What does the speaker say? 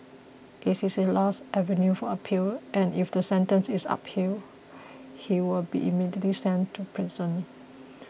it is his last avenue for appeal and if the sentence is up peel he will be immediately sent to prison